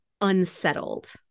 unsettled